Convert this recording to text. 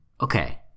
Okay